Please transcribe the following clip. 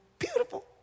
beautiful